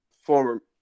former